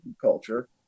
culture